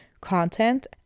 content